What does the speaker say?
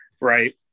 right